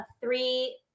three